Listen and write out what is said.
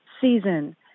season